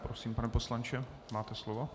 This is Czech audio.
Prosím, pane poslanče, máte slovo.